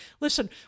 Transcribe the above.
Listen